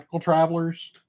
travelers